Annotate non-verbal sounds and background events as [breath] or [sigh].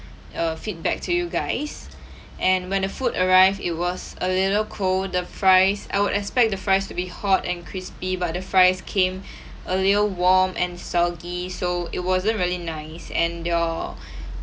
err feedback to you guys and when the food arrived it was a little cold the fries I would expect the fries to be hot and crispy but the fries came [breath] a little warm and soggy so it wasn't really nice and your [breath]